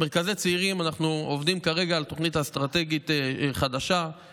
אנחנו עובדים כרגע על תוכנית אסטרטגית חדשה: